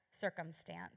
circumstance